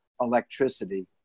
electricity